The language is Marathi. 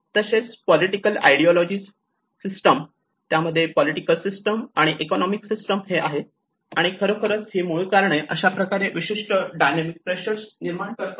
तसेच पॉलिटिकल आयडिओलॉजि सिस्टीम त्यामध्ये पॉलिटिकल सिस्टीम आणि इकॉनॉमिक्स सिस्टीम हे आहेत आणि खरोखर ही मूळ कारणे अशाप्रकारे विशिष्ट डायनामिक प्रेशर निर्माण करतात